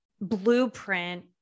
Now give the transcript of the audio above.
blueprint